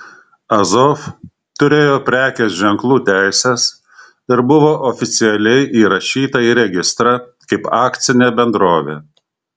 azov turėjo prekės ženklų teises ir buvo oficialiai įrašyta į registrą kaip akcinė bendrovė